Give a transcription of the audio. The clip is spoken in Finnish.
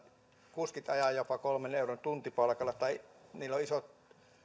kuskit ajavat jopa kolmen euron tuntipalkalla tai heillä on isot